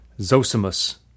Zosimus